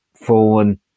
fallen